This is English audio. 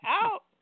out